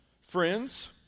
friends